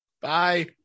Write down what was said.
Bye